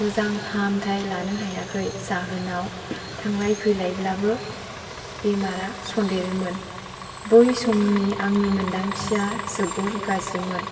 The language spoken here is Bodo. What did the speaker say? मोजां फाहामथाय लानो हायाखै जाहोनाव थांलाय फैलायब्लाबो बेरामा सन्देरोमोन बै समनि आंनि मोन्दांथिया जोबोर गाज्रिमोन